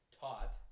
taught